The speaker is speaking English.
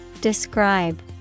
Describe